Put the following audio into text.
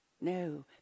No